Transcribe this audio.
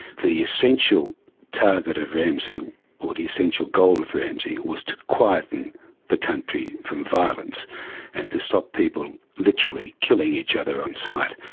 the essential target of ramsi or the essential goal of ramsi was to quieten the country from violence and to stop people literally killing each other on sight.